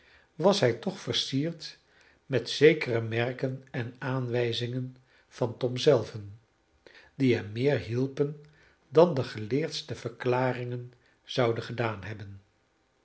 was hij toch versierd met zekere merken en aanwijzingen van tom zelven die hem meer hielpen dan de geleerdste verklaringen zouden gedaan hebben